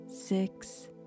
six